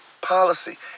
policy